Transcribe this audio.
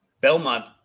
Belmont